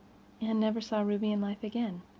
anne never saw ruby in life again.